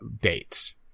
dates